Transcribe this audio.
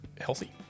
healthy